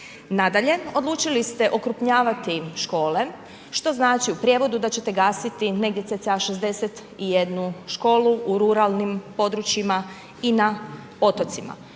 Nadalje odlučili ste okrupnjavati škole, što znači u prijevodu da ćete gasiti, negdje cca 61 školu, u ruralnim područjima i na otocima.